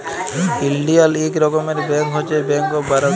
ইলডিয়াল ইক রকমের ব্যাংক হছে ব্যাংক অফ বারদা